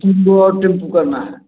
दो तीन गो और टेम्पू करना है